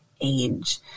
age